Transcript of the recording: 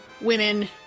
women